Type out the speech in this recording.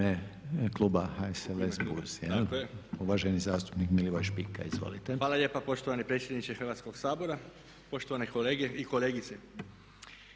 Hvala